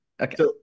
Okay